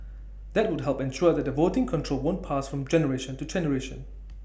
that would help ensure that voting control won't pass from generation to generation